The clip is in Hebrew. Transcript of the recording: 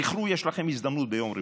זכרו: יש לכם הזדמנות ביום רביעי.